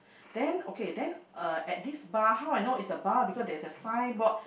then okay then uh at this bar how I know is bar because there is a sign board